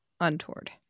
untoward